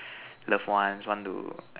loved ones want to